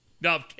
no